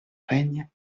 règne